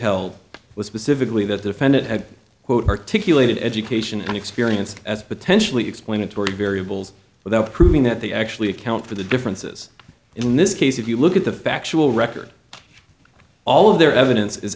held was specifically that defendant had quote articulated education experience as potentially explanatory variables without proving that they actually account for the differences in this case if you look at the factual record all of their evidence is